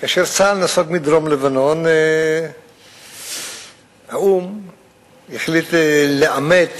כאשר צה"ל נסוג מדרום-לבנון, האו"ם החליט לאמת